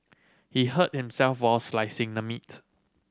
he hurt himself while slicing the meat